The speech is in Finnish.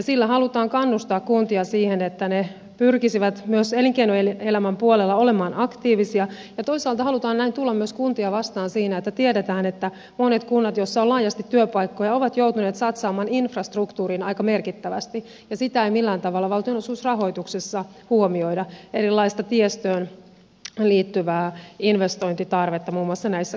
sillä halutaan kannustaa kuntia siihen että ne pyrkisivät myös elinkeinoelämän puolella olemaan aktiivisia ja toisaalta näin halutaan myös tulla kuntia vastaan siinä kun tiedetään että monet kunnat joissa on laajasti työpaikkoja ovat joutuneet satsaamaan infrastruktuuriin aika merkittävästi ja sitä ei millään tavalla valtionosuusrahoituksessa huomioida erilaista tiestöön liittyvää investointitarvetta muun muassa näissä kunnissa